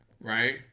right